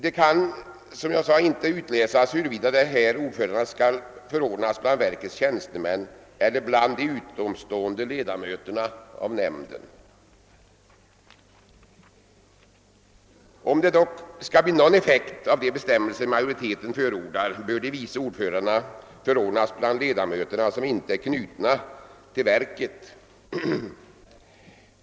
Det kan, som jag sade, inte utläsas huruvida dessa vice ordförande skall förordnas bland verkets tjänstemän eller bland de utomstående ledamöterna av nämnden. Om det dock skall bli någon effekt av de bestämmelser majoriteten förordar bör de vice ordförandena förordnas bland de ledamöter som inte är knutna till verket.